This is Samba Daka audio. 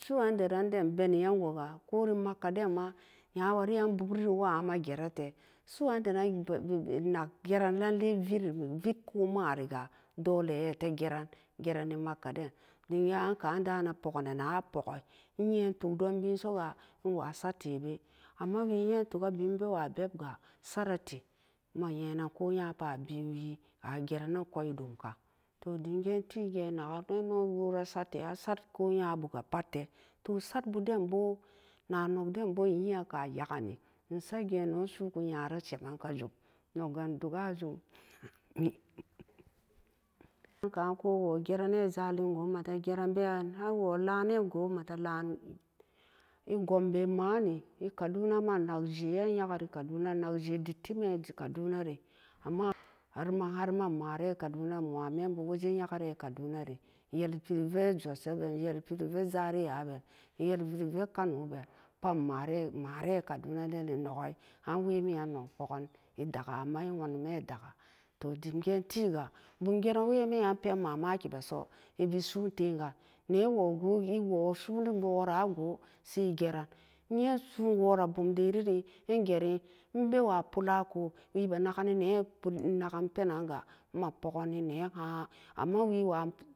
Su'an deran den beni'an goo-ga kori makka den-ma nyawari-an gugriri wa'an-ma gerate su'an deran nak geran lallai veri- vit komariga dole iyate geran-gerani makka den dim nya anka'an da'an apoga-nan apogi nye tugdon bien soga nwa satebe amma wii nye tug-ga bienga nbewa bebga sarate imma nye-nan koh nya-para bien will agera-nan kwaidum kaan to dimgeenti geen-nagan ino wora sate asat ko nyabuga pat-te to satbu denbo nanogden bo nyi'aka yagani ensa geen ino su'uku nyera shema kazum nogga ndugga zum ko woo geranne salingo emate geran been ha-nwo la'an been goo ematte la'an e-gombe emani e-kadunama innag je'en yaggari kaduna innak jee dittim-eh kadunari amma harma inmare kaduna njwa membu wajen nyagare kadunari en-yeli pirecce jos-aben en-yelipirive zaria-aben en-yelpirive kano ben put emare-emare kaduna denni noggai anwe miyan nog poggan e-dakka amma e-nwanume dakka to dim geentiga bungeran wemiyan den mamaki beso evisoon teenga neewoo ewoo soon worago sai geran nye soon wora bum deririga ingeri inbewa pulako webe nagani nee ngaan penanga nma poggani neeha'an amma wiiwa.